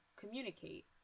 communicate